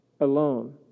alone